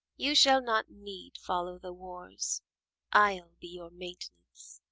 you shall not need follow the wars i ll be your maintenance.